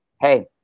Hey